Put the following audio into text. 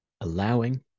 allowing